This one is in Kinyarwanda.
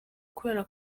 kubera